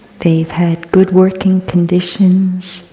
they've had good working conditions